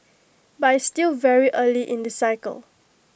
but it's still very early in the cycle